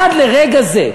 עד לרגע זה,